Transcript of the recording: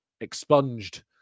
expunged